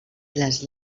les